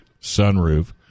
sunroof